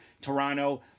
toronto